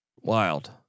Wild